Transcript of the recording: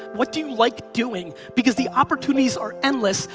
what do you like doing? because the opportunities are endless.